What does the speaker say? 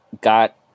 got